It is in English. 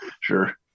Sure